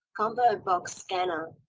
combo box scanner.